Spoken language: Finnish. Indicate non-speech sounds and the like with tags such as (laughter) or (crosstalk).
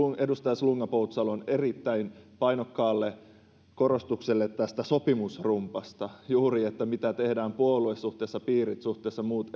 edustaja slunga poutsalon erittäin painokkaalle korostukselle tästä sopimusrumbasta juuri että mitä tehdään puolue suhteessa piirit suhteessa muut (unintelligible)